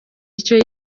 icyo